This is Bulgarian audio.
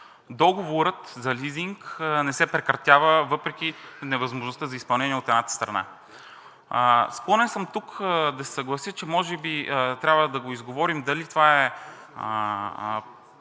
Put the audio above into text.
договорът за лизинг не се прекратява въпреки невъзможността за изпълнение от едната страна. Склонен съм тук да се съглася, че може би трябва да го изговорим дали това е